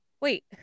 wait